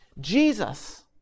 Jesus